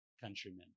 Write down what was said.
countrymen